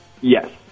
Yes